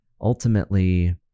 ultimately